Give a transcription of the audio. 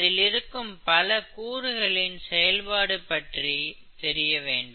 அதில் இருக்கும் பல கூறுகளின் செயல்பாடு பற்றி தெரிய வேண்டும்